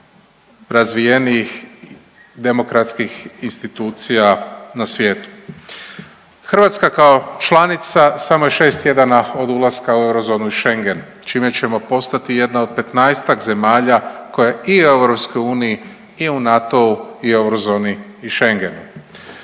Hrvatska kao članica samo je šest tjedana od ulaska u eurozonu i Schengen čime ćemo postati jedna od petnaestak zemalja koja je i u EU i u NATO-u i eurozoni i Schengenu.